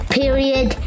period